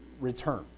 return